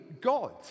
God